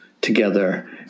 together